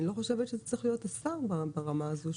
אני לא חושבת שזה צריך להיות השר ברמה הזו.